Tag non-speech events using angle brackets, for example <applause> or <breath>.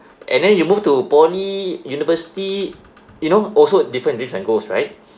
and then you move to poly university you know also different dreams and goals right <breath>